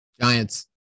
giants